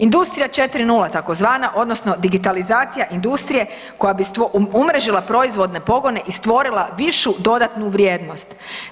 Industrija 4.0 tzv. odnosno digitalizacija industrije koja bi umrežile proizvodne pogone i stvorila višu dodatnu vrijednost.